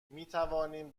میتوانیم